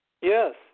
Yes